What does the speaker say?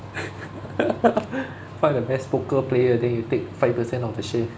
find the best poker player then you take five percent of the share